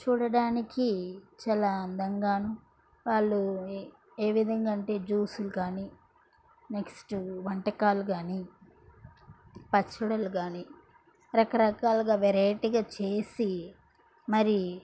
చూడడానికి చాలా అందంగాను వాళ్ళు ఏ ఏ విధంగా అంటే జ్యూసులు కానీ నెక్స్ట్ వంటకాలు గానీ పచ్చడిలు కానీ రకరకాలుగా వెరైటీగా చేసి మరి